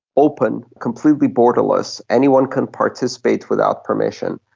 open, completely borderless, anyone can participate without permission.